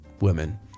women